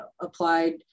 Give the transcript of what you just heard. applied